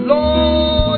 Lord